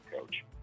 coach